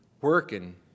working